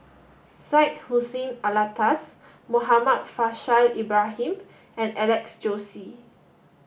Syed Hussein Alatas Muhammad Faishal Ibrahim and Alex Josey